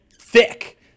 thick